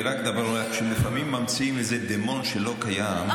שלפעמים ממציאים איזה דמון שלא קיים,